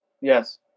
yes